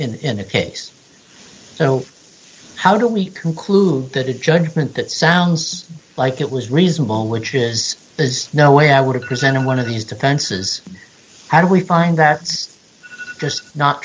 in any case so how do we conclude that a judgment that sounds like it was reasonable which is there's no way i would have presented one of these defenses how do we find that it's just not